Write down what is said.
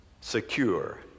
secure